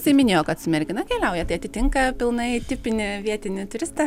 tai minėjo kad su mergina keliauja tai atitinka pilnai tipinį vietinį turistą